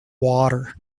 water